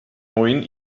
neuen